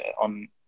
on